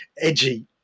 edgy